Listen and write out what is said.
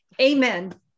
Amen